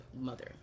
mother